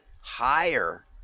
higher